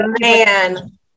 man